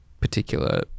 particular